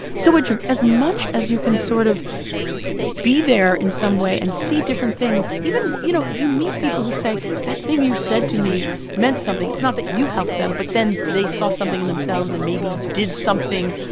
so as much as you can sort of be there in some way and see different things even you know, you meet people who say, that thing you said to me meant something. it's not that you help them, but then they saw something in themselves and maybe did something,